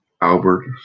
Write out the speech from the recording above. Albert